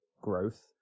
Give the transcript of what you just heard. growth